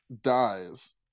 dies